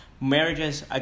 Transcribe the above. marriages